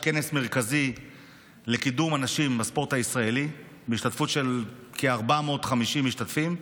יש כנס מרכזי לקידום הנשים בספורט הישראלי בהשתתפות של כ-450 משתתפים,